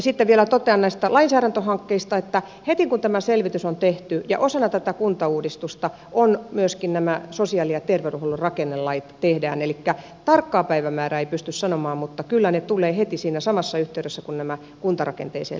sitten vielä totean näistä lainsäädäntöhankkeista että heti kun tämä selvitys on tehty ja osana tätä kuntauudistusta tehdään myöskin nämä sosiaali ja terveydenhuollon rakennelait elikkä tarkkaa päivämäärää ei pysty sanomaan mutta kyllä ne tulevat heti siinä samassa yhteydessä kuin nämä kuntarakenteeseenkin liittyvät lait